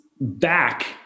back